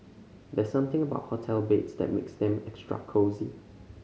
there's something about hotel beds that makes them extra cosy